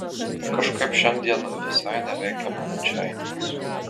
kažkaip šiandien visai neveikia mano čeinikas